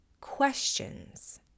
questions